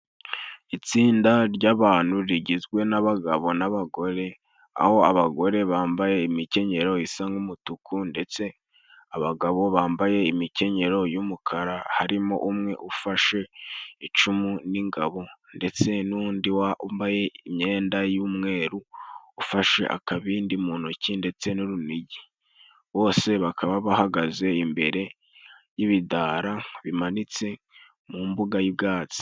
Itsinda ry'abantu, rigizwe n'abagabo n'abagore, aho abagore bambaye imikenyero isa n'umutuku, ndetse abagabo bambaye imikenyero y'umukara, harimo umwe ufashe icumu n'ingabo, ndetse n'undi wambaye imyenda y'umweru, ufashe akabindi mu ntoki, ndetse n'urunigi, bose bakaba bahagaze imbere y'ibidara bimanitse mu mbuga y'ubwatsi.